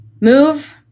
move